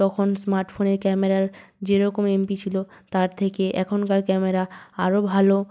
তখন স্মার্টফোনের ক্যামেরার যেরকম এমবি ছিল তার থেকে এখনকার ক্যামেরা আরও ভাল